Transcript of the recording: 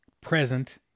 present